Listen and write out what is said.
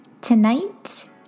Tonight